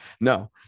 No